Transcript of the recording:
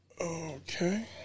Okay